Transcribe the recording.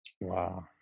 Wow